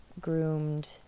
groomed